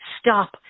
stop